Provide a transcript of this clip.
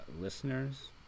listeners